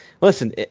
listen